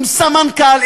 עם סמנכ"ל,